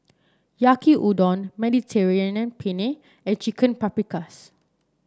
Yaki Udon Mediterranean Penne and Chicken Paprikas